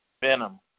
Venom